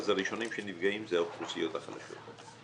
אז הראשונים שנפגעים אלה האוכלוסיות החלשות.